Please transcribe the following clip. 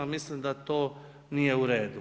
Mislim da to nije u redu.